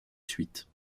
suite